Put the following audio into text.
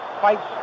Fights